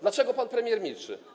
Dlaczego pan premier milczy?